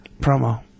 Promo